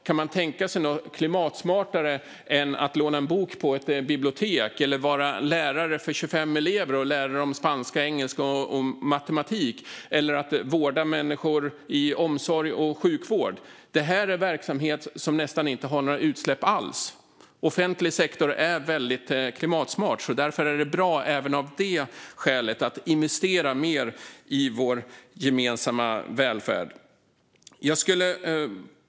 Kan man tänka sig något klimatsmartare än att låna en bok på ett bibliotek, att vara lärare för 25 elever och lära dem spanska, engelska och matematik eller att vårda människor i omsorg och sjukvård? Det är verksamheter som har nästan inga utsläpp alls. Offentlig sektor är väldigt klimatsmart. Därför är det även av det skälet bra att investera mer i vår gemensamma välfärd.